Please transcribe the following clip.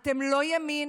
אתם לא ימין,